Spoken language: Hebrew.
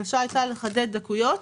הבקשה הייתה לחדד דקויות.